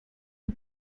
are